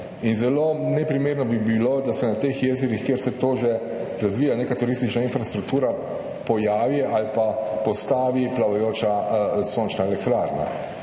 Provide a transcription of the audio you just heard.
in zelo neprimerno bi bilo, da se na teh jezerih, kjer se neka turistična infrastruktura že razvija, pojavi ali pa postavi plavajoča sončna elektrarna.